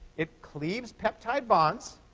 it cleaves peptide bonds,